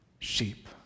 Sheep